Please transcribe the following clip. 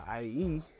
IE